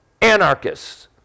Anarchists